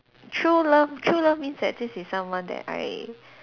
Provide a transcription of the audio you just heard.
true love true love means that this is someone that I